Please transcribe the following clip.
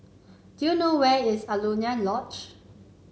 do you know where is Alaunia Lodge